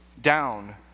down